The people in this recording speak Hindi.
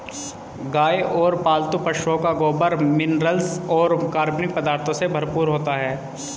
गाय और पालतू पशुओं का गोबर मिनरल्स और कार्बनिक पदार्थों से भरपूर होता है